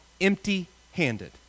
empty-handed